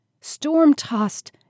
storm-tossed